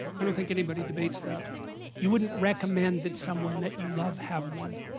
don't think anybody debates that you, wouldn't recommend that someone that you love have one